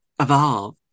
Evolve